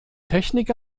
technik